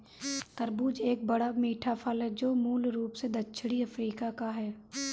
तरबूज एक बड़ा, मीठा फल है जो मूल रूप से दक्षिणी अफ्रीका का है